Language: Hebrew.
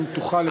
אם תוכל,